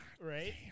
Right